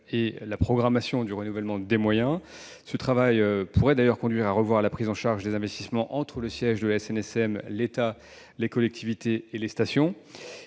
et la programmation du renouvellement des moyens ; il pourrait d'ailleurs conduire à revoir la prise en charge des investissements entre le siège de la SNSM, l'État, les collectivités et les stations.